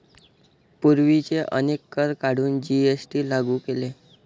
पूर्वीचे अनेक कर काढून जी.एस.टी लागू केले